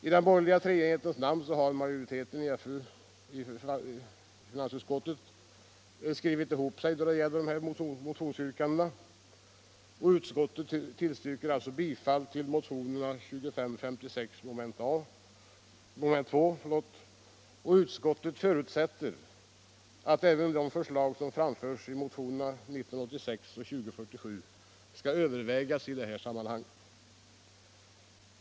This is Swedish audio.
I den borgerliga treenighetens namn har majoriteten i finansutskottet skrivit ihop sig då det gäller dessa motionsyrkanden, och utskottet tillstyrker alltså bifall till motionen 2556 mom. 2. Utskottet förutsätter även att de förslag som framförts i motionerna 1986 och 2047 övervägs i det sammanhanget.